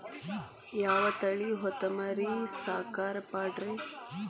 ಯಾವ ತಳಿ ಹೊತಮರಿ ಸಾಕಾಕ ಪಾಡ್ರೇ?